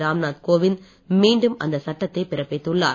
ராம்நாத் கோவிந்த் மீண்டும் அந்த சட்டத்தை பிறப்பித்துள்ளார்